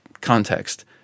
context